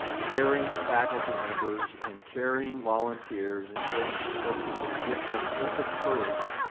caring faculty members and caring volunteers and caring support people that give them hope and courage